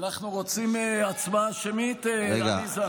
אנחנו רוצים הצבעה שמית, עליזה?